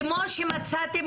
כמו שמצאתם